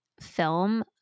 film